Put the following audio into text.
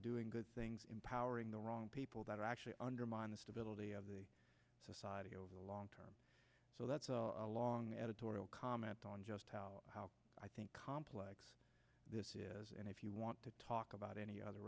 doing good things empowering the wrong people that actually undermine the stability of the society over the long term so that's a long editorial comment on just how how i think complex this is and if you want to talk about any other